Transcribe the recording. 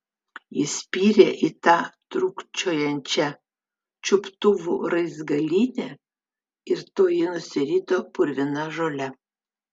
ji spyrė į tą trūkčiojančią čiuptuvų raizgalynę ir toji nusirito purvina žole